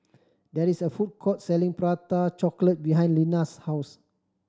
there is a food court selling Prata Chocolate behind Lina's house